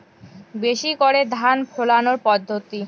বেশি করে ধান ফলানোর পদ্ধতি?